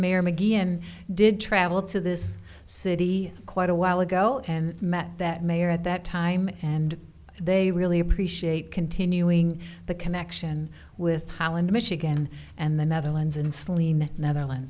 mayor mcglynn did travel to this city quite a while ago and met that mayor at that time and they really appreciate continuing the connection with holland michigan and the netherlands